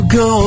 go